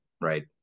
Right